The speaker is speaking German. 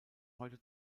heute